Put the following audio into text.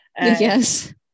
yes